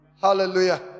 Hallelujah